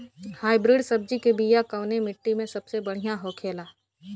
Hybrid सब्जी के बिया कवने मिट्टी में सबसे बढ़ियां होखे ला?